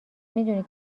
میدونی